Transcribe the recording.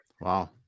Wow